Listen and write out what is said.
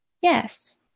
Yes